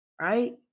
right